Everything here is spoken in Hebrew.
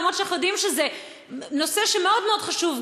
אף-על-פי שאנחנו יודעים שזה נושא שמאוד מאוד חשוב,